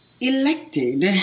elected